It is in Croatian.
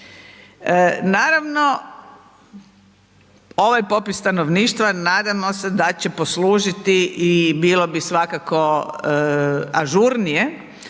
Naravno, ovaj popis stanovništva nadamo se da će poslužiti, i bilo bi svakako ažurnije